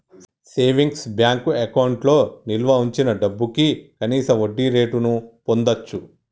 savings bank అకౌంట్లో నిల్వ వుంచిన డబ్భుకి కనీస వడ్డీరేటును పొందచ్చు